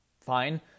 Fine